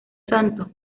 santos